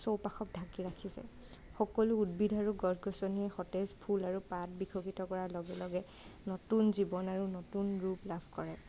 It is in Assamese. চৌপাশক ঢাকি ৰাখিছে সকলো উদ্ভিদ আৰু গছ গছনিয়ে সতেজ ফুল আৰু পাত বিকশিত কৰাৰ লগে লগে নতুন জীৱন আৰু নতুন ৰূপ লাভ কৰে